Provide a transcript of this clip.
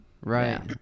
Right